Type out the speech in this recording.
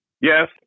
Yes